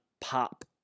pop